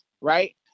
right